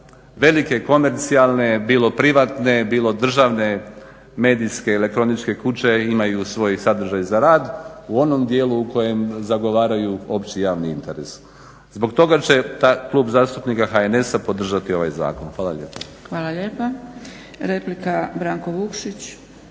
velike komercijalne bilo privatne, bilo državne medijske elektroničke kuće imaju svoj sadržaj za rad u onom dijelu u kojem zagovaraju opći javni interes. Zbog toga će Klub zastupnika HNS-a podržati ovaj zakon. Hvala lijepa. **Zgrebec, Dragica (SDP)** Hvala lijepa. Replika Branko Vukšić.